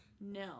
No